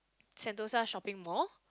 Sentosa shopping mall